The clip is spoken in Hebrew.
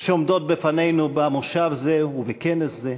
שעומדות בפנינו במושב זה ובכנס זה.